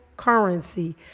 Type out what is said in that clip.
currency